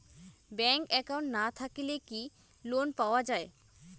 Bank account না থাকিলে কি লোন পাওয়া য়ায়?